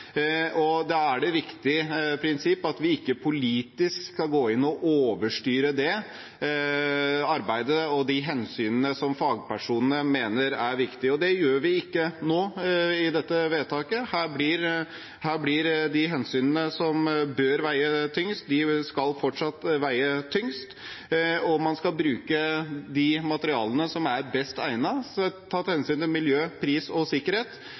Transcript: prosjektet. Da er det et viktig prinsipp at vi ikke politisk skal gå inn og overstyre det arbeidet og de hensynene som fagpersonene mener er viktig. Det gjør vi ikke nå med dette vedtaket. De hensynene som bør veie tyngst, skal fortsatt veie tyngst, og man skal bruke de materialene som er best egnet, tatt hensyn til miljø, pris og sikkerhet.